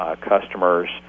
customers